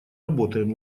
работаем